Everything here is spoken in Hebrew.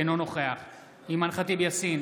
אינו נוכח אימאן ח'טיב יאסין,